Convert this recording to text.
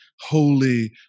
holy